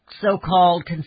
so-called